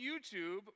YouTube